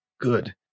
good